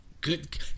good